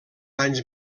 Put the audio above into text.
anys